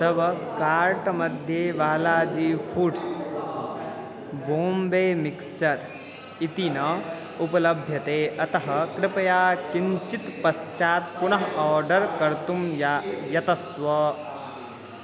तव कार्ट्मध्ये Balaji foods Bombay mixture इति न उपलभ्यते अतः कृपया किञ्चित् पश्चात् पुनः आर्डर् कर्तुं या यतस्व